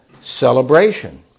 celebration